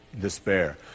despair